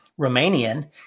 Romanian